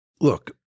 Look